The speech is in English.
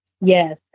Yes